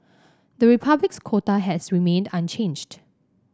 the Republic's quota has remained unchanged